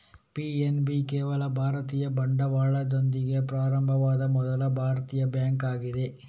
PNB ಕೇವಲ ಭಾರತೀಯ ಬಂಡವಾಳದೊಂದಿಗೆ ಪ್ರಾರಂಭವಾದ ಮೊದಲ ಭಾರತೀಯ ಬ್ಯಾಂಕ್ ಆಗಿದೆ